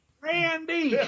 Randy